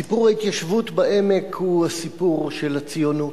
סיפור ההתיישבות בעמק הוא הסיפור של הציונות.